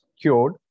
cured